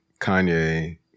Kanye